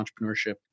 entrepreneurship